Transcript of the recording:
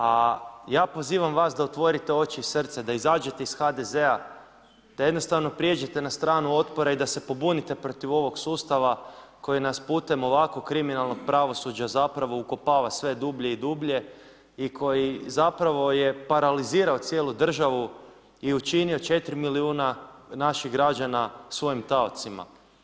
A ja pozivam vas da otvorite oči i srce da izađete iz HDZ-a, da jednostavno prijeđete na stranu otpora i da se pobunite protiv ovog sustava koji nas putem ovako kriminalnog pravosuđa ukopava sve dublje i dublje i koji je paralizirao cijelu državu i učinio 4 milijuna naših građana svojim taocima.